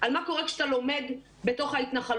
על מה קורה כשאתה לומד בתוך ההתנחלויות,